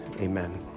Amen